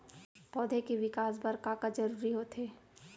पौधे के विकास बर का का जरूरी होथे?